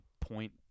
point